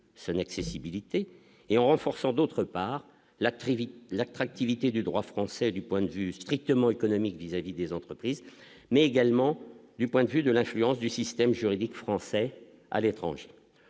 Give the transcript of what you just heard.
accessibilité et en renforçant d'autre part la tri l'attractivité du droit français, du point de vue strictement économique vis-à-vis des entreprises, mais également du point de vue de l'influence du système juridique français à l'étranger,